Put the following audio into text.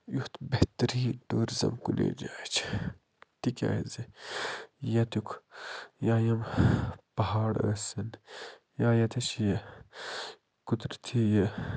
یُتھ بہتریٖن ٹُوٗرِزٕم کُنی جایہِ چھِ تِکیٛازِ ییٚتیُک یا یم پہاڑ ٲسِن یا ییٚتٕچ یہِ قُدرَتی یہِ